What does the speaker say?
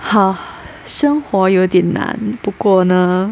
生活有点难不过呢